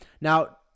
now